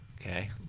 Okay